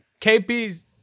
KP's